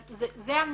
אז זה המינימום.